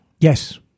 Yes